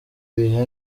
bihe